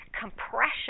compression